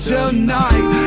Tonight